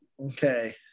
okay